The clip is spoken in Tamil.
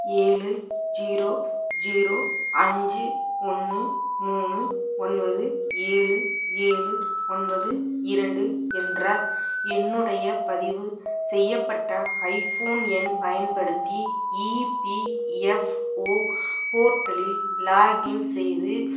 ஏழு ஜீரோ ஜீரோ அஞ்சு ஒன்று மூணு ஒன்பது ஏழு ஏழு ஒன்பது இரண்டு என்ற எண்ணுடையப் பதிவு செய்யப்பட்ட ஐ ஃபோன் எண் பயன்படுத்தி இபிஎஃப்ஒ போர்ட்டலில் லாக்இன் செய்து